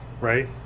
right